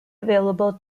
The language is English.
available